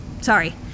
sorry